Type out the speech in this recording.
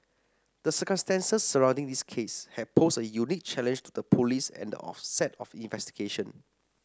the circumstances surrounding this case had posed a unique challenge to the police at the onset of investigation